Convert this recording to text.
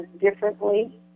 differently